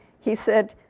he said,